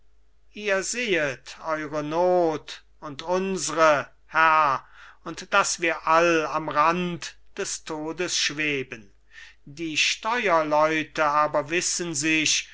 ihr sehet eure not und unsre herr und dass wir all am rand des todes schweben die steuerleute aber wissen sich